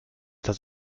das